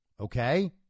Okay